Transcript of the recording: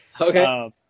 okay